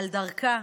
על דרכה,